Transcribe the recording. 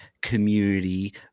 community